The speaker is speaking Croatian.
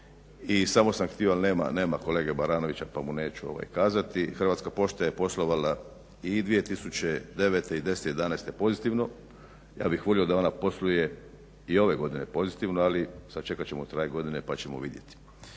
i samo sam htio ali nema kolege Baranovića pa mu neću kazati Hrvatska pošta je poslovala i 2009., 2010., 2011.pozitivno. ja bih volio da ona posluje i ove godine pozitivno ali sačekat ćemo kraj godine pa ćemo vidjeti.